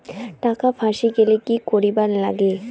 টাকা ফাঁসি গেলে কি করিবার লাগে?